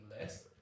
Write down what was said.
less